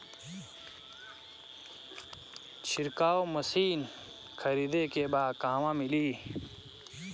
छिरकाव मशिन हमरा खरीदे के बा कहवा मिली?